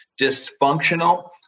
dysfunctional